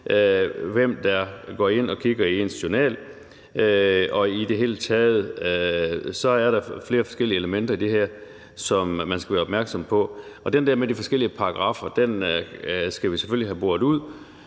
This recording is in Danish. hvem der går ind og kigger i ens journal, og i det hele taget er der flere forskellige elementer i det her, som man skal være opmærksom på. Og den der med de forskellige paragraffer skal vi selvfølgelig have boret ud,